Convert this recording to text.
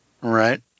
Right